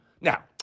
Now